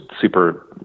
super